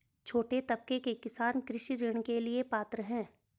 छोटे तबके के किसान कृषि ऋण के लिए पात्र हैं?